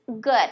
good